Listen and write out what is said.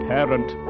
Parent